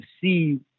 see